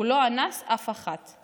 הוא לא אנס אף אחת".